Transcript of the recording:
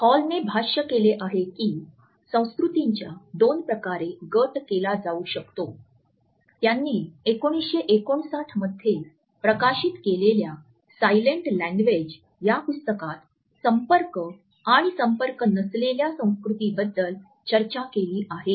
हॉलने भाष्य केले आहे की संस्कृतींचा दोन प्रकारे गट केला जाऊ शकतो त्यांनी 1959 मध्ये प्रकाशित झालेल्या सायलेंट लँग्वेज या पुस्तकात संपर्क आणि संपर्क नसलेल्या संस्कृतींबद्दल चर्चा केली आहे